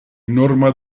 norma